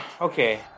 Okay